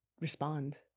respond